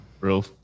Real